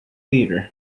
theatres